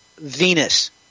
Venus